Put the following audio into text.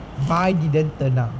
I didn't turn up